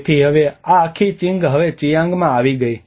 તેથી હવે આ આખી ચીંગ હવે ચિયાંગમાં આવી ગઈ છે